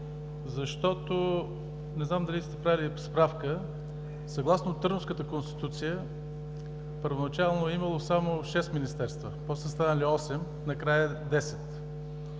защото – не знам дали сте правили справка, съгласно Търновската конституция първоначално е имало само шест министерства, после са станали 8, а накрая – 10.